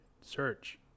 search